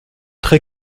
très